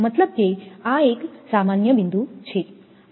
મતલબ કે આ એક સામાન્ય બિંદુ છે